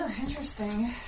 Interesting